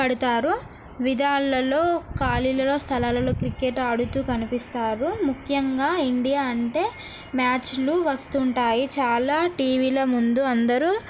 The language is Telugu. పెడతారు విధులలో ఖాళీలలో స్థలాలలో క్రికెట్ ఆడుతూ కనిపిస్తారు ముఖ్యంగా ఇండియా అంటే మ్యాచ్లు వస్తుంటాయి చాలా టీ వీల ముందు అందరూ